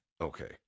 Okay